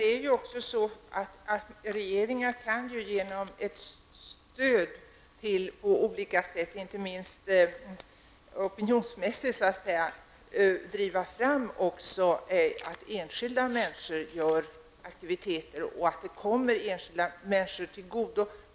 Fru talman! Regeringar kan ju också om de har stöd, inte minst opinionsmässigt, driva fram aktiviteter från enskilda människor som kan komma enskilda människor till godo.